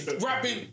rapping